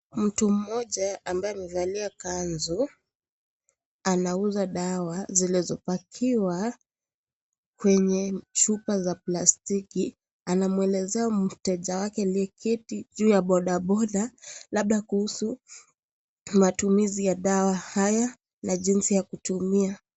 Mtu mmoja ambaye amevalia kanzu, anauza dawa zilizopakiwa kwenye chupa za plastiki. Anamwelezea mteja wake aliyeketi juu ya bodaboda, labda kuhusu matumizi ya dawa haya na jinsi ya kutumia.